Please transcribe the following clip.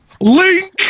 Link